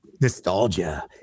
nostalgia